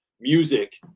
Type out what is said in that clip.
music